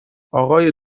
اقای